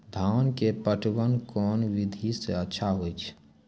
धान के पटवन कोन विधि सै अच्छा होय छै?